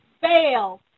fail